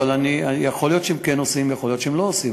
אבל יכול להיות שהם כן עושים ויכול להיות שהם לא עושים.